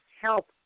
help